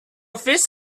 fish